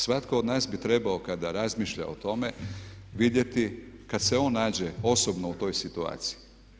Svatko od nas bi trebao kada razmišlja o tome vidjeti kad se on nađe osobno u toj situaciji.